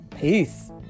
peace